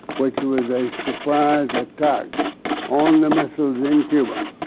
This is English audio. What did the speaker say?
which was a surprise attack on the missiles in cuba